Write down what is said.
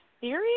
serious